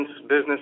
business